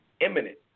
imminent